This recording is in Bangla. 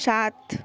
সাত